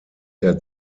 der